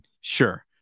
sure